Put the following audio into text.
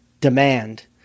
demand